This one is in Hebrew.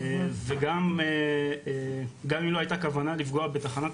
וגם אם לא היתה כוונה לפגוע בתחנת